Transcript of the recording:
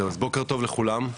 בוקר טוב לכולם,